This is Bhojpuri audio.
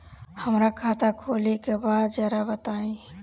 हमरा खाता खोले के बा जरा बताई